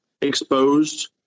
exposed